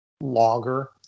longer